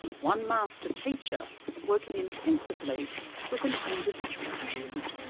one master teacher working intensively with an individual student.